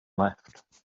left